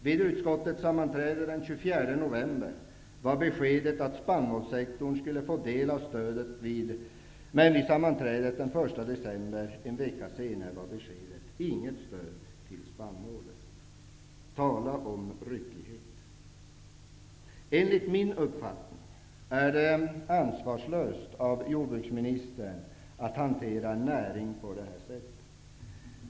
Vid utskottets sammanträde den 24 november var beskedet att spannmålssektorn skulle få del av stödet, men vid sammanträdet den 1 december, en vecka senare, var beskedet att inget stöd skulle ges till spannmålssektorn. Tala om ryckighet. Enligt min uppfattning är det ansvarslöst av jordbruksministern att hantera en näring på detta sätt.